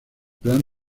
plan